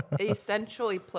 essentially